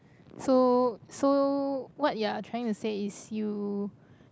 so so what you're trying to say is you